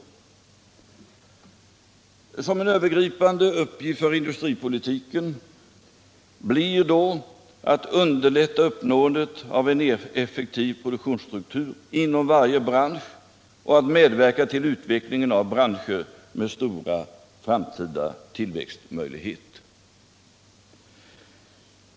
Den övergripande uppgiften för industripolitiken blir ——— att underlätta uppnåendet av en effektiv produktionsstruktur inom varje bransch och att medverka till utvecklingen av branscher med stora framtida tillväxtmöjligheter.